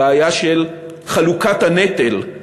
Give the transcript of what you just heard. הבעיה של חלוקת הנטל,